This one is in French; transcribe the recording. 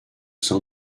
sein